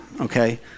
okay